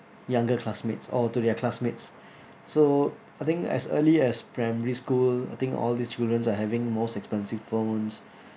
younger classmates or to their classmates so I think as early as primary school I think all these children are having most expensive phones